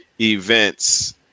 events